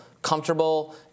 comfortable